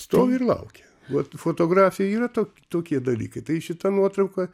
stovi ir laukia vat fotografija yra to tokie dalykai tai šita nuotrauka